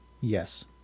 Yes